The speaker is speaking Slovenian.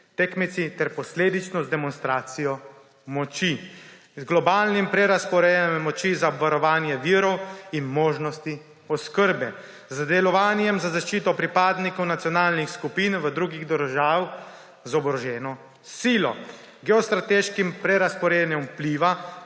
tekmeci ter posledično z demonstracijo moči, z globalnim prerazporejanjem moči za varovanje virov in možnosti oskrbe, z delovanjem za zaščito pripadnikov nacionalnih skupin drugih držav z oboroženo silo, geostrateškim prerazporejanjem vpliva